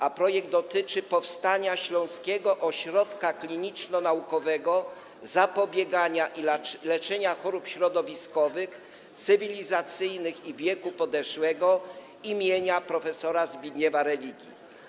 A projekt dotyczy powstania Śląskiego Ośrodka Kliniczno-Naukowego Zapobiegania i Leczenia Chorób Środowiskowych, Cywilizacyjnych i Wieku Podeszłego im. prof. Zbigniewa Religi.